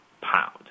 pound